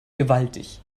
gewaltig